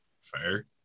fair